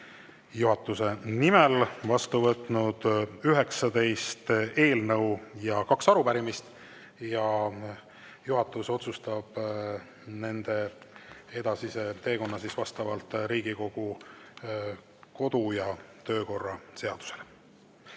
juhatuse nimel vastu võtnud 19 eelnõu ja kaks arupärimist. Juhatus otsustab nende edasise teekonna vastavalt Riigikogu kodu- ja töökorra seadusele.